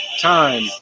Time